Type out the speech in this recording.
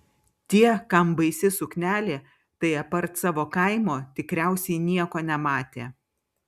tie kam baisi suknelė tai apart savo kaimo tikriausiai nieko nematė